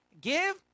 give